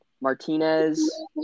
Martinez